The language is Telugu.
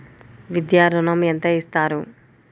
విద్యా ఋణం ఎంత ఇస్తారు?